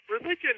Religion